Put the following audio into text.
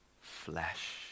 flesh